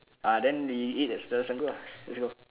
ah then we eat at selalu singgah let's go